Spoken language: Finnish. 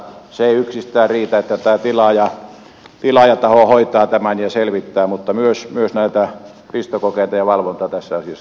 se ei yksistään riitä että tämä tilaajataho hoitaa tämän ja selvittää myös näitä pistokokeita ja valvontaa tässä asiassa tarvitaan